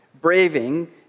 braving